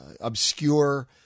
obscure